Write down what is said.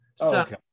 okay